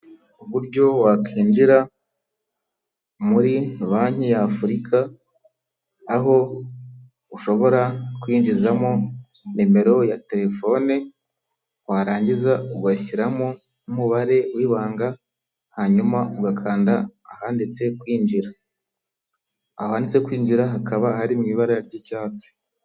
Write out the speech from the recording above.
Uburyo wakinjira muri banki ya afurika, aho ushobora kuyinjizamo nimero ya telefone, warangiza ugashyiramo n'umubare w'ibanga, hanyuma ugakanda ahanditse kwinjira, aho handitse kwinjira hakaba hari mu ibara ry'icyatsi.